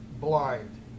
blind